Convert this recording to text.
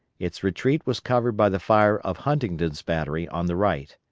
its retreat was covered by the fire of huntington's battery on the right.